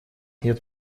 нет